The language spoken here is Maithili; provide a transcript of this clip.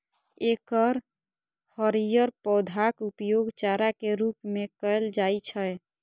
एकर हरियर पौधाक उपयोग चारा के रूप मे कैल जाइ छै